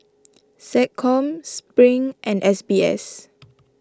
SecCom Spring and S B S